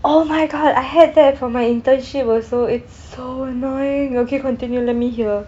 oh my god I had that for my internship also it's so annoying okay continue let me hear